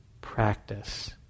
practice